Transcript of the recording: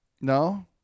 no